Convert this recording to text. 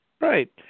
Right